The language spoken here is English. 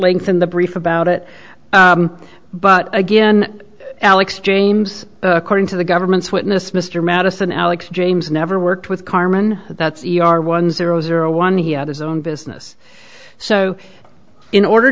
length in the brief about it but again alex james according to the government's witness mr madison alex james never worked with carmen that's yar one zero zero one he had his own business so in order